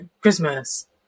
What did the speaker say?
Christmas